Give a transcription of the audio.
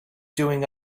doing